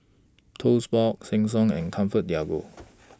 Toast Box Sheng Siong and ComfortDelGro